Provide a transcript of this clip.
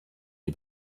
die